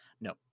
no